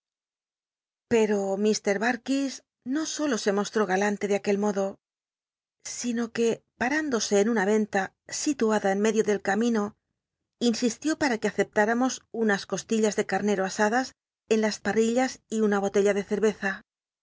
j al'lds no solo se mostró galante de aquel modo sino que parandosc en una enta situada en medio del camino in islió para que acept il'amos unas costillrls le cal'lci'o asadas en las parrillas y una botella de cerreza